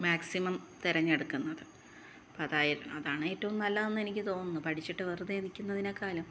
maximum തെരഞ്ഞെടുക്കുന്നത് അതായ അതാണ് ഏറ്റവും നല്ലത് എന്ന് എനിക്ക് തോന്നുന്നു പഠിച്ചിട്ട് വെറുതെ ഇരിക്കുന്നതിനേക്കാളും